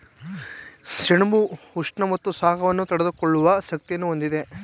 ಸೆಣಬು ಉಷ್ಣ ಮತ್ತು ಶಾಖವನ್ನು ತಡೆದುಕೊಳ್ಳುವ ಶಕ್ತಿಯನ್ನು ಹೊಂದಿದೆ